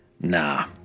Nah